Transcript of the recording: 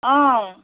অঁ